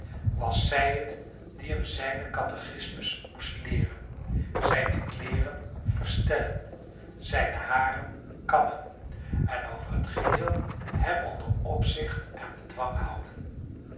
was zij het die hem zijnen catechismus moest leeren zijne kleeren verstellen zijne haren kammen en over het geheel hem onder opzicht en bedwang houden